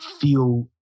feel